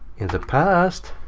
in the past,